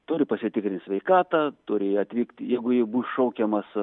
jis turi pasitikrint sveikatą turi atvykti jeigu jis bus šaukiamas